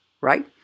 right